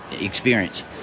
experience